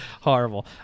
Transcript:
Horrible